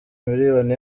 miliyoni